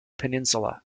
peninsula